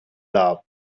loved